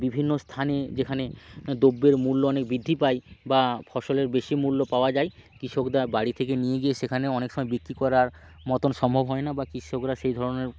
বিভিন্ন স্থানে যেখানে দ্রব্যের মূল্য অনেক বৃদ্ধি পায় বা ফসলের বেশি মূল্য পাওয়া যায় কৃষকরা বাড়ি থেকে নিয়ে গিয়ে সেখানে অনেক সময় বিক্রি করার মতন সম্ভব হয় না বা কৃষকরা সেই ধরনের